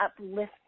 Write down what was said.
uplifting